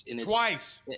Twice